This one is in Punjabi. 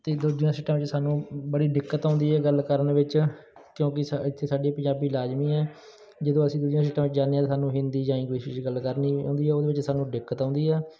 ਅਤੇ ਦੂਜੀਆਂ ਸਟੇਟਾਂ ਵਿੱਚ ਸਾਨੂੰ ਬੜੀ ਦਿੱਕਤ ਆਉਂਦੀ ਹੈ ਗੱਲ ਕਰਨ ਵਿੱਚ ਕਿਉਂਕਿ ਸਾ ਇੱਥੇ ਸਾਡੀ ਪੰਜਾਬੀ ਲਾਜ਼ਮੀ ਹੈ ਜਦੋਂ ਅਸੀਂ ਦੂਜੀਆਂ ਸਟੇਟਾਂ ਵਿੱਚ ਜਾਂਦੇ ਹਾਂ ਤਾਂ ਸਾਨੂੰ ਹਿੰਦੀ ਜਾਂ ਇੰਗਲਿਸ਼ ਵਿੱਚ ਗੱਲ ਕਰਨੀ ਹੁੰਦੀ ਹੈ ਉਹਦੇ ਵਿੱਚ ਸਾਨੂੰ ਦਿੱਕਤ ਆਉਂਦੀ ਆ